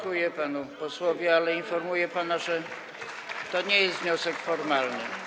Dziękuję panu posłowi, ale informuję pana, że to nie jest wniosek formalny.